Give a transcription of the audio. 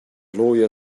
lawyer